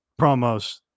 promos